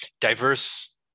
diverse